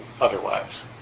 otherwise